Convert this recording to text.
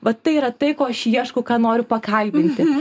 va tai yra tai ko aš ieškau ką noriu pakalbinti